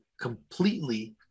completely